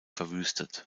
verwüstet